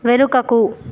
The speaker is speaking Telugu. వెనుకకు